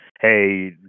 hey